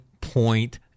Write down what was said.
point